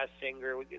singer